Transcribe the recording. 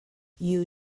you